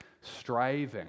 striving